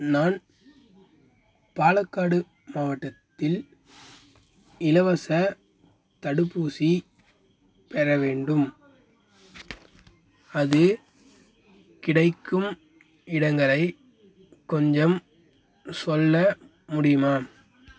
நான் பாலக்காடு மாவட்டத்தில் இலவசத் தடுப்பூசி பெற வேண்டும் அது கிடைக்கும் இடங்களை கொஞ்சம் சொல்ல முடியுமா